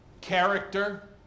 character